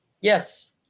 Yes